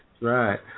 Right